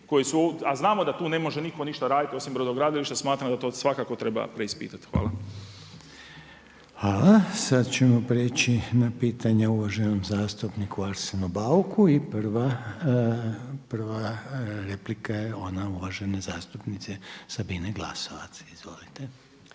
a znamo da tu ne može niko ništa raditi osim brodogradilišta, smatram da to svakako treba preispitati. Hvala. **Reiner, Željko (HDZ)** Hvala. Sada ćemo prijeći na pitanja uvaženom zastupniku Arsenu Bauku i prva replika je ona uvažene zastupnice Sabine Glasovac. Izvolite.